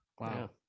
Wow